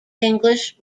english